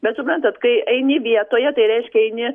bet suprantat kai eini vietoje tai reiškia eini